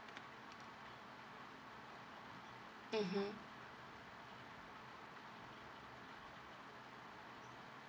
mmhmm